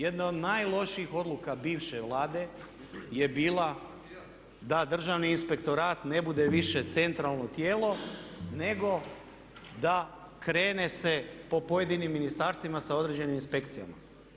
Jedna od najlošijih odluka bivše Vlade je bila da Državni inspektorat ne bude više centralno tijelo nego da krene se po pojedinim ministarstvima sa određenim inspekcijama.